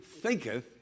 thinketh